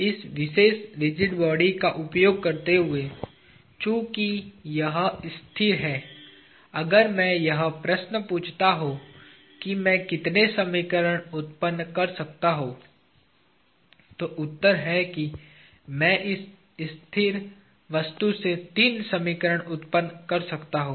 इस विशेष rigid body का उपयोग करते हुए चूंकि यह स्थिर है अगर मैं यह प्रश्न पूछता हूं कि मैं कितने समीकरण उत्पन्न कर सकता हूं तो उत्तर है कि मैं इस स्थिर वस्तु से तीन समीकरण उत्पन्न कर सकता हूं